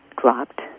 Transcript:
dropped